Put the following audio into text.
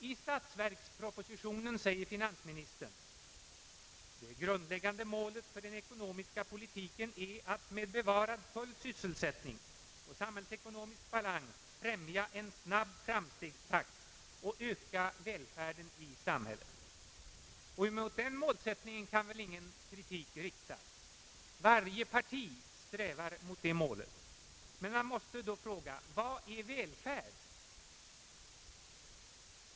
I statsverkspropositionen säger finansministern: »Det grundläggande målet för den ekonomiska politiken är att med bevarad full sysselsättning och samhällsekonomisk balans främja en snabb framstegstakt och öka välfärden i samhället.» Mot denna målsättning kan väl ingen kritik riktas, utan varje parti strävar säkert mot det målet. Men då måste man fråga: Vad är välfärd?